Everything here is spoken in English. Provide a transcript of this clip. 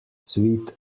sweet